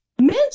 men